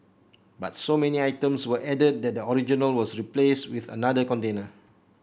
but so many items were added that the original was replaced with another container